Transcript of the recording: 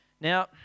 Now